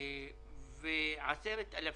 מדובר ב-10,000